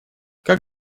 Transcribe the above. как